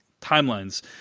timelines